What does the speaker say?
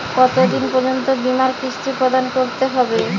কতো দিন পর্যন্ত বিমার কিস্তি প্রদান করতে হবে?